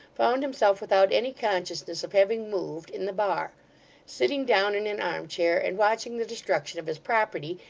found himself, without any consciousness of having moved, in the bar sitting down in an arm-chair, and watching the destruction of his property,